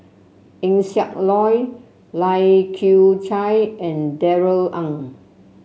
Eng Siak Loy Lai Kew Chai and Darrell Ang